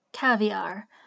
Caviar